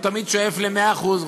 הוא תמיד שואף למאה אחוז,